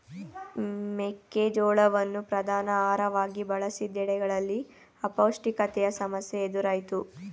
ಮೆಕ್ಕೆ ಜೋಳವನ್ನು ಪ್ರಧಾನ ಆಹಾರವಾಗಿ ಬಳಸಿದೆಡೆಗಳಲ್ಲಿ ಅಪೌಷ್ಟಿಕತೆಯ ಸಮಸ್ಯೆ ಎದುರಾಯ್ತು